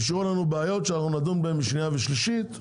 נשארו לנו בעיות שנדון בהן בשנייה ושלישית.